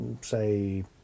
say